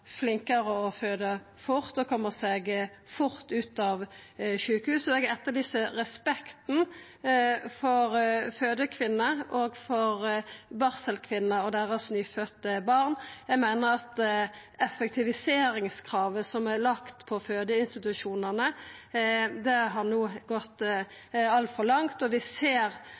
fort, og koma seg fort ut av sjukehuset. Eg etterlyser respekten for fødekvinnene og for barselkvinnene og deira nyfødde barn. Eg meiner at effektiviseringskravet som er lagt på fødeinstitusjonane, no har gått altfor langt. Vi ser